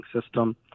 system